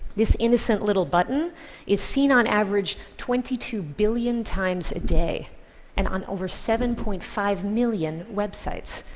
this innocent little button is seen on average twenty two billion times a day and on over seven point five million websites.